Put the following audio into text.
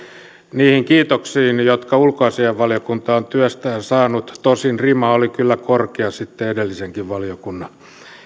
niihin kiitoksiin jotka ulkoasiainvaliokunta on työstään saanut tosin rima oli kyllä korkea sitten edellisenkin valiokunnan